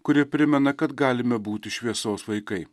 kuri primena kad galime būti šviesos vaikai